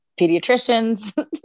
pediatricians